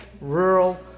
rural